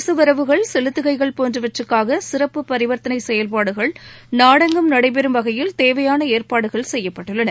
அரசு வரவுகள் செலுத்துகைகள் போன்றவற்றுக்காக சிறப்பு பரிவர்த்தனை செயல்பாடுகள் நாடெங்கும் நடைபெறும் வகையில் தேவையான ஏற்பாடுகள் செய்யப்பட்டுள்ளன